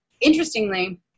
Interestingly